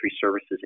services